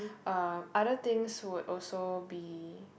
um other things would also be